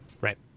right